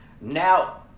now